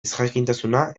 ezjakintasuna